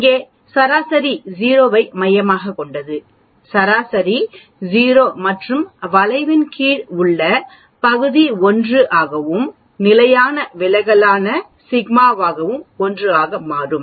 இங்கே சராசரி 0 ஐ மையமாகக் கொண்டது சராசரி 0 மற்றும் வளைவின் கீழ் உள்ள பகுதி 1 ஆகவும் நிலையான விலகலான சிக்மாவும் 1 ஆக மாறும்